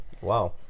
wow